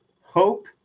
hope